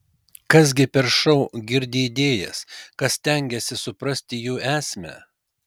kas gi per šou girdi idėjas kas stengiasi suprasti jų esmę